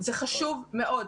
זה חשוב מאוד.